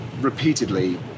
repeatedly